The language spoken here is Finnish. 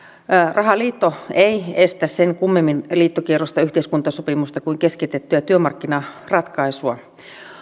rahaliitto ei estä sen kummemmin liittokierrosta yhteiskuntasopimusta kuin keskitettyä työmarkkinaratkaisua